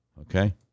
Okay